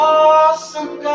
awesome